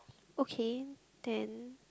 okay then